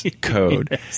code